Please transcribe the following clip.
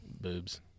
boobs